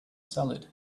solid